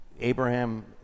Abraham